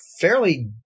fairly